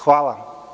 Hvala.